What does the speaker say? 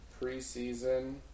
preseason